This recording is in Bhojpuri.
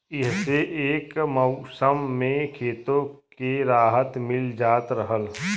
इह्से एक मउसम मे खेतो के राहत मिल जात रहल